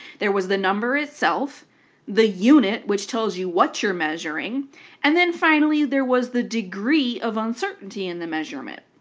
there was the number itself the unit, which tells you what you're measuring and then finally, there was the degree of uncertainty in the measurement.